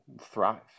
thrive